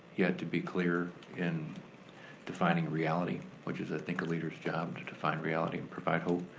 yet to be clear in defining reality, which is, i think, a leader's job to define reality and provide hope,